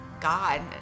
God